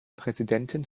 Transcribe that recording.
präsidentin